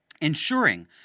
ensuring